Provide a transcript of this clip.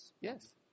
yes